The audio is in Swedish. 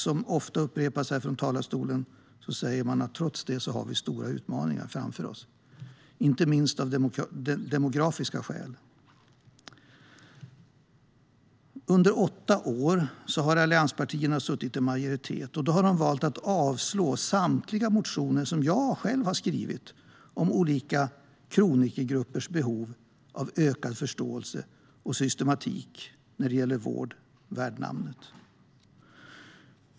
Som ofta upprepas här från talarstolen har vi trots det stora utmaningar framför oss, inte minst av demografiska skäl. Under åtta år har allianspartierna suttit i majoritet, och då har de valt att avstyrka samtliga motioner som jag har skrivit om olika kronikergruppers behov av ökad förståelse och systematik när det gäller vård värd namnet.